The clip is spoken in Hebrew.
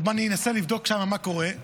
טוב, אני אנסה לבדוק שם מה קורה.